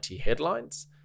headlines